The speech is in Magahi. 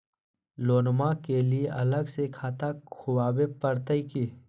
लोनमा के लिए अलग से खाता खुवाबे प्रतय की?